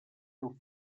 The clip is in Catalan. del